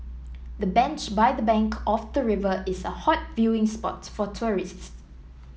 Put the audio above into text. the bench by the bank of the river is a hot viewing spot for tourists